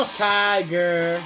tiger